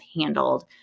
handled